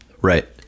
Right